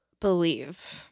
believe